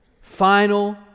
final